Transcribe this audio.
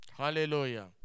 Hallelujah